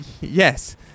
Yes